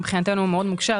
מבחינתנו הוא מאוד מקשה.